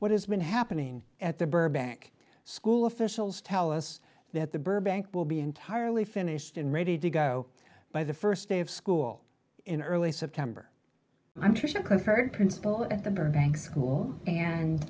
what has been happening at the burbank school officials tell us that the burbank will be entirely finished and ready to go by the st day of school in early september i'm sure compared principal at the burbank school